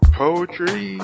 poetry